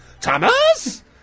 Thomas